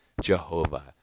Jehovah